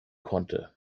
konnte